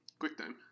QuickTime